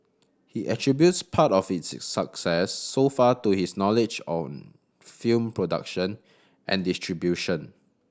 he attributes part of its success so far to his knowledge of film production and distribution